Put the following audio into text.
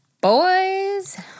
Boys